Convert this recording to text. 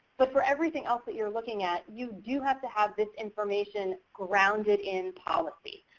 but for everything else that you're looking at you do have to have this information grounded in policy.